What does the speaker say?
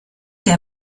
der